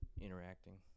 interacting